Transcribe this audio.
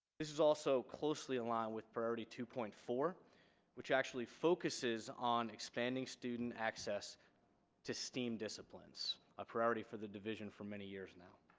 this is also closely aligned with priority two point four which actually focuses on expanding student access to steam disciplines a priority for the division for many years now.